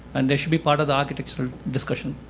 and they should be part of the architecture discussion.